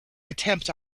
attempt